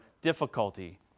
difficulty